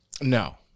No